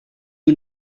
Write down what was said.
who